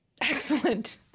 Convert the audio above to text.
Excellent